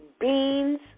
beans